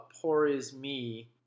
poor-is-me